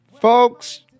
Folks